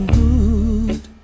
good